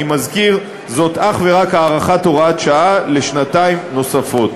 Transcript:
אני מזכיר: זאת אך ורק הארכת הוראת שעה בשנתיים נוספות.